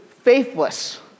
faithless